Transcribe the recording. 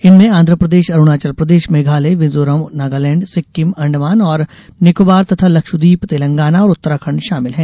इनमें आंध्र प्रदेश अरुणाचल प्रदेश मेघालय मिजोरम नगालैंड सिक्किम अंडमान और निकोबार तथा लक्षद्वीप तेलंगाना और उत्तराखंड शामिल हैं